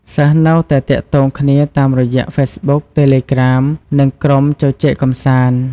សិស្សនៅតែទាក់ទងគ្នាតាមរយៈហ្វេសប៊ុក តេលេក្រាម និងក្រុមជជែកកម្សាន្ត។